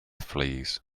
fleas